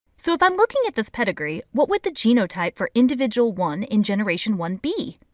so if i'm looking at this pedigree, what would the genotype for individual one in generation one be?